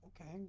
okay